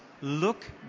look